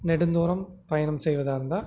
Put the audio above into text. நெடுந்தூரம் பயணம் செய்வதாக இருந்தால்